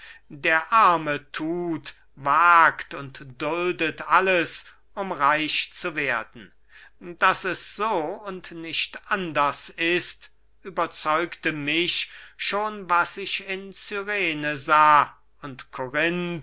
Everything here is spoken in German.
der arme thut wagt und duldet alles um reich zu werden daß es so und nicht anders ist überzeugte mich schon was ich in cyrene sah und